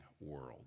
world